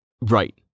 Right